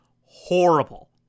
horrible